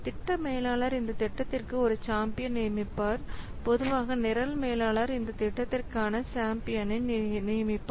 திட்ட மேலாளர் இந்த திட்டத்திற்கு ஒரு சாம்பியன் நியமிப்பார் பொதுவாக நிரல் மேலாளர் இந்தத் திட்டத்திற்கான சாம்பியன் நியமிப்பார்